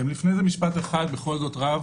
לפני זה, משפט אחד, בכל זאת אני רב